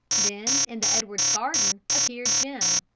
then in the edwards garden appeared jim.